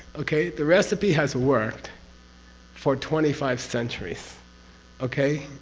okay? the recipe has worked for twenty five centuries okay?